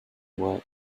were